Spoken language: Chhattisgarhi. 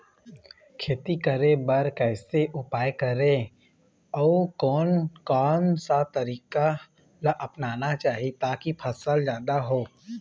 खेती करें बर कैसे उपाय करें अउ कोन कौन सा तरीका ला अपनाना चाही ताकि फसल जादा हो?